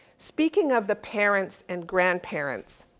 speaking of the parents and grandparents